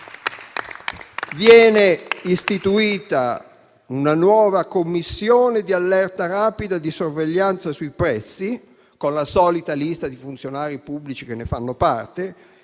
Viene istituita una nuova commissione di allerta rapida e di sorveglianza sui prezzi, con la solita lista di funzionari pubblici che ne fanno parte.